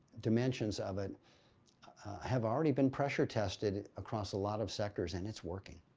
dimensions of it have already been pressure-tested across a lot of sectors and it's working.